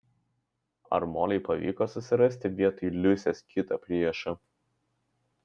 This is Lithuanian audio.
ar molei pavyko susirasti vietoj liusės kitą priešą